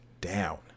down